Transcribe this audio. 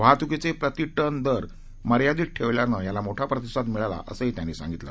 वाहतूकीचे प्रतिटन दर मर्यादित ठेवल्याने याला मोठा प्रतिसाद मिळाला असंही त्यांनी सांगितलं